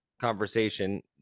conversation